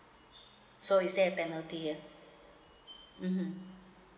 so is there a penalty here mmhmm